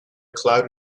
cloud